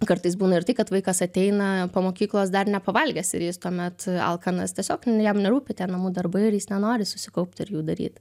kartais būna ir tai kad vaikas ateina po mokyklos dar nepavalgęs ir jis tuomet alkanas tiesiog jam nerūpi tie namų darbai ir jis nenori susikaupti ir jų daryt